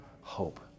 hope